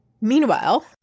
Meanwhile